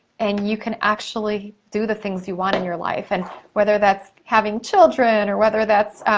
and you can actually do the things you want in your life. and whether that's having children, or whether that's